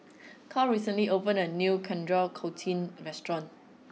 Karl recently opened a new Coriander Chutney restaurant